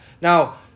Now